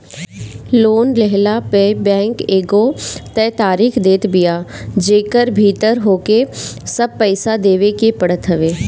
loan लेहला पअ bank एगो तय तारीख देत बिया जेकरी भीतर होहके सब पईसा देवे के पड़त हवे